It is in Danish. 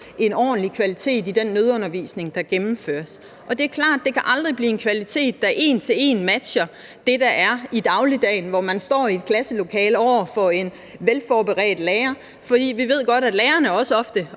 en ordentlig kvalitet i den nødundervisning, der gennemføres. Det er klart, at det aldrig kan blive en kvalitet, der en til en matcher det, der er i dagligdagen, hvor man er i et klasselokale over for en velforberedt lærer. For vi ved godt, at lærerne ofte